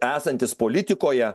esantis politikoje